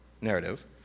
narrative